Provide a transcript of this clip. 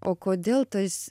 o kodėl tas